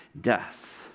death